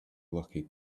lucky